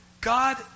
God